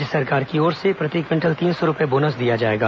राज्य सरकार की ओर से प्रति क्विंटल तीन सौ रूपये बोनस दिया जाएगा